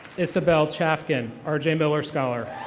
isabelle chafkin, arjay miller scholar.